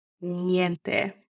Niente